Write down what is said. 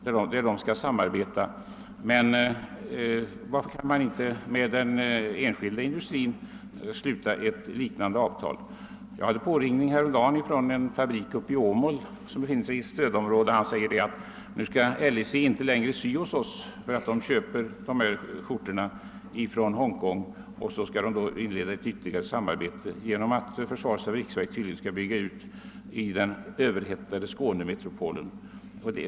Men varför kan inte ett liknande avtal slutas med den enskilda industrin? Jag hade häromdagen en påringning från en fabrikant i Åmål som har sin fabrik i ett stödområde, och han säger att LIC inte längre vill sy hos honom eftersom LIC köper sina skjortor från Hongkong och skall inleda ett ytterligare samarbete med försvarets fabriksverk som tydligen skall bygga ut sin verksamhet i den överhettade Skånemetropolen.